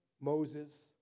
Moses